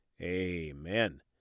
amen